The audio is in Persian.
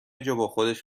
جاباخودش